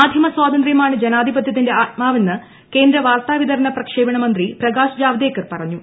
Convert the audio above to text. മാധ്യമ സ്വാതന്ത്ര്യമാണ് ജനാധിപത്യത്തിന്റെ ആത്മാവെന്ന് കേന്ദ്ര വാർത്താ വിതരണ പ്രക്ഷേപണ മന്ത്രി പ്രകാശ് ജാവദേക്കർ പറഞ്ഞു